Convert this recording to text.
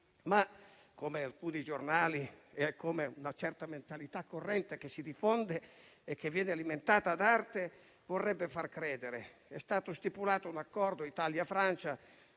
come alcuni giornali e come una certa mentalità corrente che si diffonde e che viene alimentata ad arte vorrebbe far credere. È stato stipulato un accordo Italia-Francia